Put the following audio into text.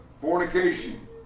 fornication